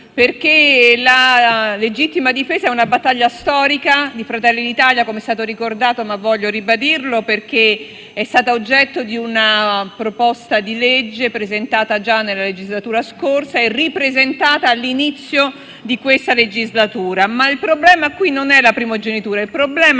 la legittima difesa è una battaglia storica di Fratelli d'Italia - come è stato già ricordato - che voglio ribadire perché è stata oggetto di una proposta di legge presentata già nella scorsa legislatura e ripresentata all'inizio di questa legislatura. Il problema non è la primogenitura. Il problema